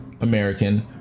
american